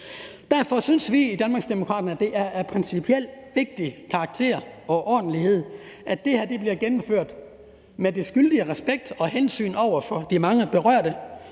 Derfor synes vi i Danmarksdemokraterne, at det er principielt vigtigt og ordentligt, at det her bliver gennemført med skyldig respekt for og hensyntagen til de mange berørte.